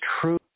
true